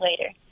later